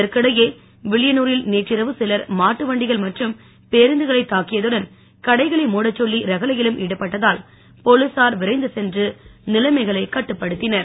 இதற்கிடையே வில்லியனூரில் நேற்றிரவு சிலர் மாட்டு வண்டிகள் மற்றும் பேருந்துகளைத் தாக்கியதுடன் கடைகளை மூடச் சொல்லி ரகளையிலும் சடுபட்டதால் போலீசார் விரைந்து சென்று நிலமைகளைக் கட்டுப்படுத்தினர்